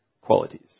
qualities